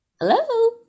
Hello